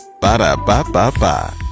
Ba-da-ba-ba-ba